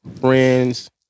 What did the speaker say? friends